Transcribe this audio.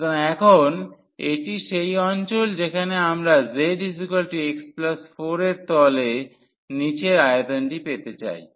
সুতরাং এখন এটি সেই অঞ্চল যেখানে আমরা zx4 এর তলের নীচের আয়তনটি পেতে চাই